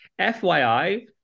FYI